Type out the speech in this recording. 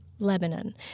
Lebanon